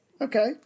Okay